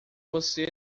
você